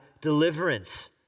deliverance